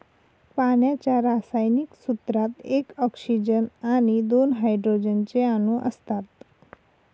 पाण्याच्या रासायनिक सूत्रात एक ऑक्सीजन आणि दोन हायड्रोजन चे अणु असतात